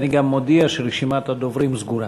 ואני גם מודיע שרשימת הדוברים סגורה.